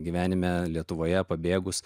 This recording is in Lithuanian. gyvenime lietuvoje pabėgus